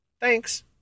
Thanks